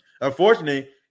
unfortunately